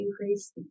increase